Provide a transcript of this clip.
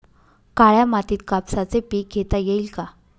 काळ्या मातीत कापसाचे पीक घेता येईल का?